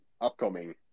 upcoming